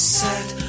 set